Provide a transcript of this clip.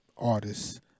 Artists